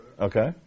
Okay